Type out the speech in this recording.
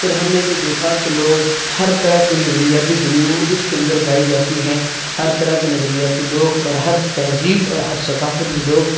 پھر ہم نے یہ دیکھا کہ لوگ ہر طرح کے نظریاتی دنیا اس کے اندر پائی جاتی ہے ہر طرح کے نظریاتی لوگ اور ہر تہذیب اور ہر ثقافت کے لوگ